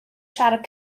siarad